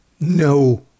No